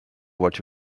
what